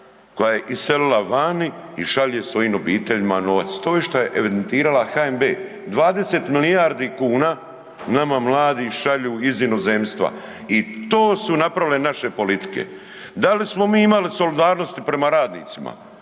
koja je iselila vani i šalje svojim obiteljima novac. To je šta je evidentirala HNB, 20 milijardi kuna nama mladi šalju iz inozemstva i to su napravile naše politike. Da li smo mi imali solidarnosti prema radnicima,